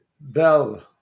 Bell